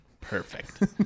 perfect